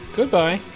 Goodbye